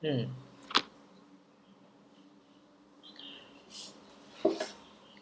mm